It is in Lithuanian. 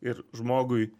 ir žmogui